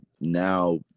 now